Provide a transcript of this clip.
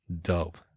dope